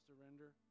surrender